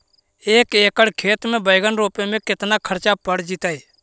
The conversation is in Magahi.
एक एकड़ खेत में बैंगन रोपे में केतना ख़र्चा पड़ जितै?